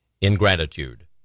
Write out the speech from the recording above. ingratitude